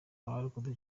abarokotse